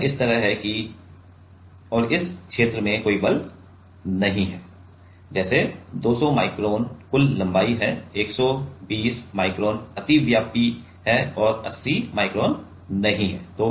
यह इस तरह है और इस क्षेत्र में कोई बल नहीं है जैसे 200 माइक्रोन कुल लंबाई है 120 माइक्रोन अतिव्यापी है और 80 माइक्रोन नहीं है